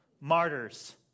martyrs